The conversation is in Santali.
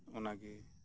ᱚᱱᱟ ᱜᱮ